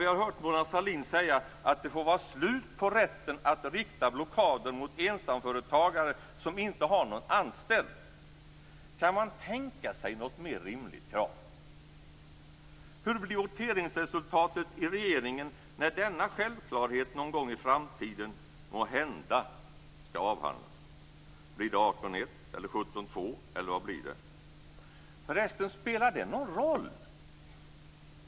Vi har hört Mona Sahlin säga att det får vara slut på rätten att rikta blockader mot ensamföretagare som inte har någon anställd. Kan man tänka sig något mer rimligt krav? Hur blir voteringsresultatet i regeringen när denna självklarhet någon gång i framtiden måhända skall avhandlas? Blir det 18-1 eller 17-2, eller vad blir det? Förresten, spelar det någon roll?